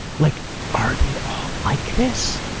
like are they all like this?